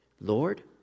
Lord